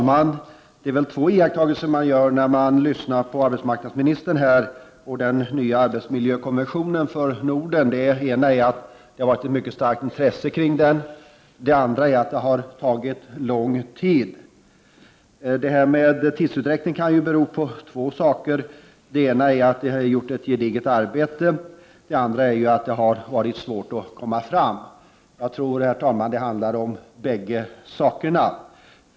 Herr talman! Efter att ha lyssnat till arbetsmarknadsministerns information om de nya arbetsmiljökonventionen för Norden har jag gjort två iakttagelser, nämligen att det har varit ett mycket starkt intresse kring konventionen, och att det har tagit lång tid att utarbeta den. Denna tidsutdräkt kan bero på två saker, antingen att det ligger ett gediget arbete bakom eller att det har varit svårt att nå målet. Jag tror att båda dessa saker har samverkat.